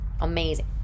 amazing